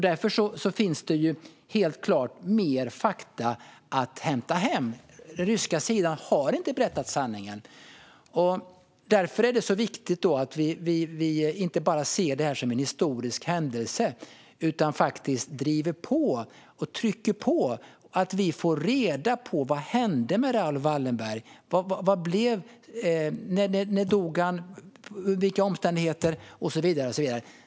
Det finns helt klart mer fakta att hämta hem. Den ryska sidan har inte berättat sanningen. Därför är det viktigt att vi inte bara ser detta som en historisk händelse utan att vi trycker på för att vi ska få reda på vad som hände med Raoul Wallenberg: När dog han, under vilka omständigheter och så vidare?